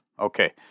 Okay